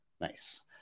Nice